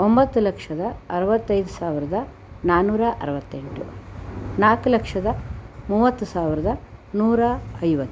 ಒಂಬತ್ತು ಲಕ್ಷದ ಅರುವತ್ತೈದು ಸಾವಿರದ ನಾನೂರ ಅರುವತ್ತೆಂಟು ನಾಲ್ಕು ಲಕ್ಷದ ಮೂವತ್ತು ಸಾವಿರದ ನೂರ ಐವತ್ತು